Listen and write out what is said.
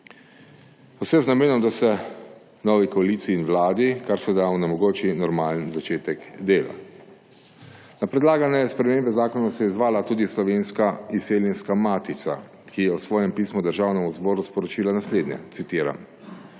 Vse z namenom, da se novi koaliciji in vladi karseda onemogoči normalen začetek dela. Na predlagane spremembe zakona se je odzvala tudi Slovenska izseljenska matica, ki je svojem pismu Državnemu zboru sporočila naslednje, citiram: